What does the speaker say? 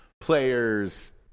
players